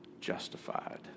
justified